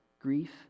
grief